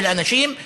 של אנשים,